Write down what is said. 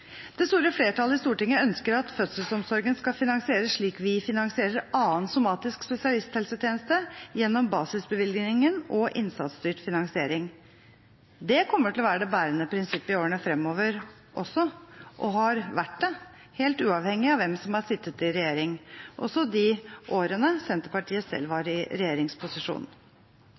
Det store flertallet på Stortinget ønsker at fødselsomsorgen skal finansieres slik vi finansierer annen somatisk spesialisthelsetjeneste gjennom basisbevilgningen og innsatsstyrt finansiering. Det kommer til å være det bærende prinsippet i årene fremover også og har vært det helt uavhengig av hvem som har sittet i regjering, også de årene Senterpartiet selv var i regjeringsposisjon.